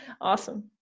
Awesome